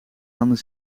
hadden